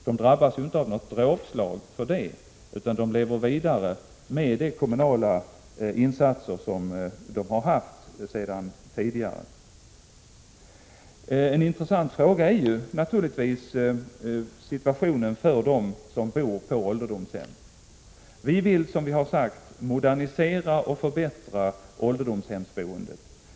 Dessa drabbas inte av något dråpslag för den skull, utan de lever vidare med den kommunala finansiering de tidigare haft. En intressant fråga är naturligtvis situationen för dem som bor på ålderdomshem. Vi vill, som vi har sagt, modernisera och förbättra ålderdomshemsboendet.